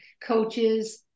coaches